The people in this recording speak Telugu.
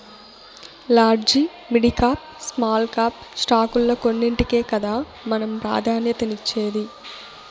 లాడ్జి, మిడికాప్, స్మాల్ కాప్ స్టాకుల్ల కొన్నింటికే కదా మనం ప్రాధాన్యతనిచ్చేది